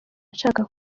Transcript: nshaka